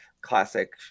classic